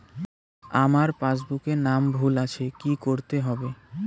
আমার পাসবুকে নাম ভুল আছে কি করতে হবে?